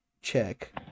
check